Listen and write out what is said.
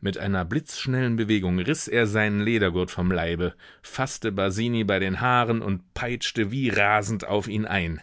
mit einer blitzschnellen bewegung riß er seinen ledergurt vom leibe faßte basini bei den haaren und peitschte wie rasend auf ihn ein